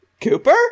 Cooper